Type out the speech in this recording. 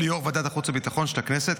או ליו"ר ועדת החוץ והביטחון של הכנסת,